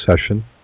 session